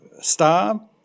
star